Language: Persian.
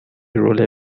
رول